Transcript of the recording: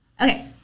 Okay